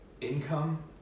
income